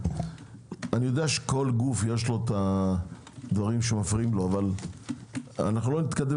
אני יודע שלכל גוף יש הדברים שמפריעים לו אבל לא נתקדם